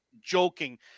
joking